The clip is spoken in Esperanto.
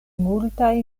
multaj